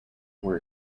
were